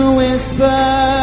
whisper